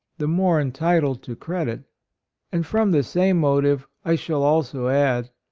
the more entitled to credit and from the same motive, i shall also add,